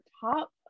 top